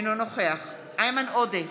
אינו נוכח איימן עודה,